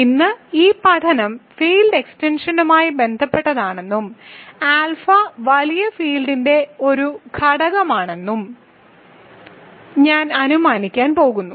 ഇന്ന് ഈ പഠനം ഫീൽഡ് എക്സ്റ്റൻഷനുമായി ബന്ധപ്പെട്ടതാണെന്നും ആൽഫ വലിയ ഫീൽഡിന്റെ ഒരു ഘടകമാണെന്നും ഞാൻ അനുമാനിക്കാൻ പോകുന്നു